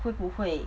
会不会